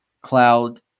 Cloud